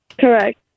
correct